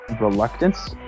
reluctance